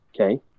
Okay